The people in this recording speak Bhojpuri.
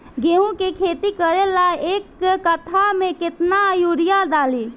गेहूं के खेती करे ला एक काठा में केतना युरीयाँ डाली?